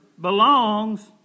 belongs